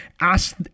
ask